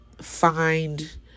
find